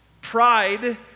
Pride